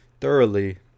thoroughly